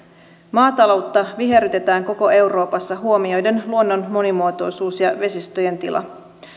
maataloutta viherrytetään koko euroopassa huomioiden luonnon monimuotoisuus ja vesistöjen tila